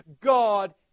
God